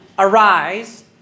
Arise